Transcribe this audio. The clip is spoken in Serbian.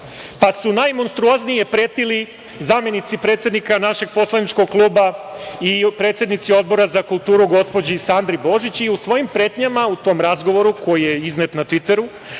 pa su najmonstruoznije pretili zamenici predsednika našeg poslaničkog kluba i predsednici Odbora za kulturu, gospođi Sandri Božić i u svojim pretnjama, u tom razgovoru koji je iznet na tviteru,